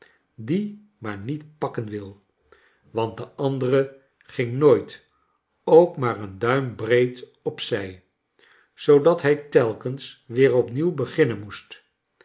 die maar niet pakken wil want de andere ging nooit ook maar een duim breed op zij zoodat hij t elk ens weer opnieuw beginnen moesfc